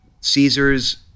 Caesar's